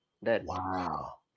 Wow